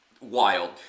wild